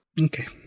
Okay